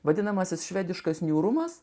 vadinamasis švediškas niūrumas